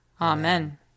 Amen